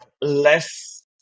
less